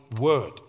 word